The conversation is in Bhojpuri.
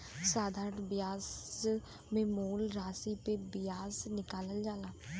साधारण बियाज मे मूल रासी पे बियाज निकालल जाला